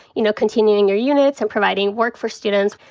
you know, continuing your units and providing work for students.